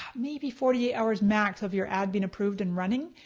maybe forty eight hours max, of your ad being approved and running,